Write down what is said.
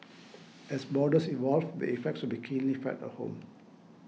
as borders evolve the effects would be keenly felt at home